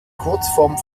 kurzform